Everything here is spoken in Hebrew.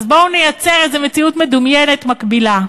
אז בואו נייצר איזו מציאות מדומיינת מקבילה?